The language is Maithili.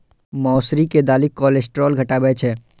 मौसरी के दालि कोलेस्ट्रॉल घटाबै छै